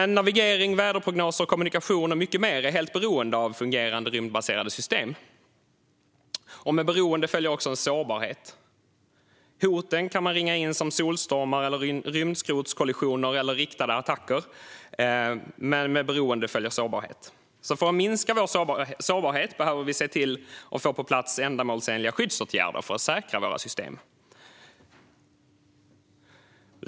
Navigering, väderprognoser, kommunikation och mycket mer är helt beroende av fungerande rymdbaserade system. Med beroende följer också sårbarhet. Hoten kan vara solstormar, rymdskrotskollisioner eller riktade attacker. För att minska vår sårbarhet behöver vi få på plats ändamålsenliga skyddsåtgärder för att säkra våra system.